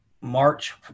march